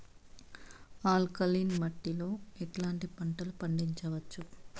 Alkaline మట్టి లో ఎట్లాంటి పంట పండించవచ్చు,?